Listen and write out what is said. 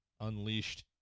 unleashed